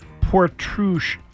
Portruche